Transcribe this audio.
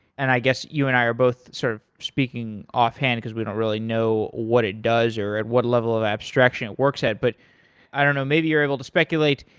and i guess you and i are both sort of speaking offhand it because we don't really know what it does or at what level of abstraction it works at. but i don't know. maybe you're able to speculate.